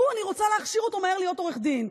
אותו אני רוצה להכשיר מהר להיות עורך דין.